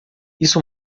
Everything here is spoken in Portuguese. isso